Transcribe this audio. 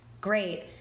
great